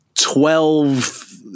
twelve